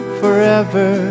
forever